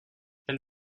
elle